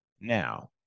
Now